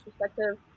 perspective